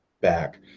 back